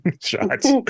shots